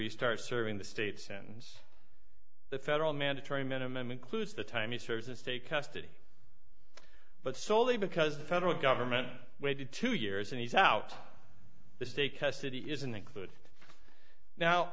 you start serving the states in the federal mandatory minimum includes the time he serves the state custody but soley because the federal government waited two years and he's out the state custody isn't included now